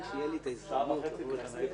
זה